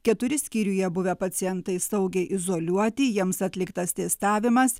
keturi skyriuje buvę pacientai saugiai izoliuoti jiems atliktas testavimas